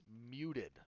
muted